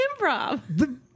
improv